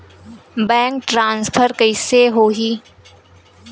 Bank transfer कइसे होही?